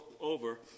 over